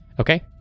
Okay